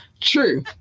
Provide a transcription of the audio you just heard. true